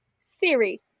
Siri